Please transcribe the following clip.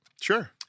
Sure